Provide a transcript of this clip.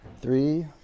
three